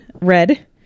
red